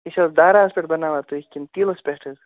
یہِ چھِو حظ داراہَس پٮ۪ٹھ بَناوان تُہۍ کِنہٕ تیٖلَس پٮ۪ٹھ حظ